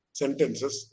sentences